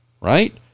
right